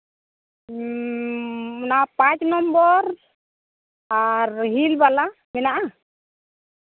ᱦᱮᱸ ᱚᱱᱟ ᱯᱟᱸᱪ ᱱᱚᱢᱵᱚᱨ ᱟᱨ ᱦᱤᱞ ᱵᱟᱞᱟ ᱢᱮᱱᱟᱜᱼᱟ